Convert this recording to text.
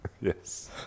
Yes